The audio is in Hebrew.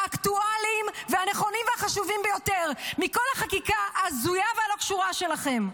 האקטואליים והנכונים והחשובים ביותר מכל החקיקה ההזויה והלא-קשורה שלכם.